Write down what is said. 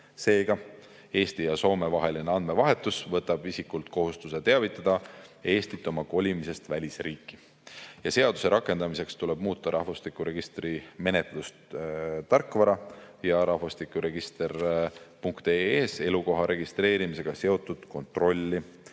Seega, Eesti ja Soome vaheline andmevahetus võtab isikult kohustuse teavitada Eestit oma kolimisest välisriiki. Seaduse rakendamiseks tuleb muuta rahvastikuregistri menetlustarkvara ja [veebiaadressil] rahvastikuregister.ee elukoha registreerimisega seotud kontrolli.